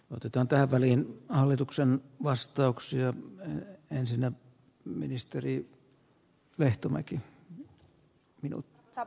otetaan tähän väliin hallituksen vastauksia on esillä ministeri ja rakentamaan